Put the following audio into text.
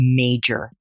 major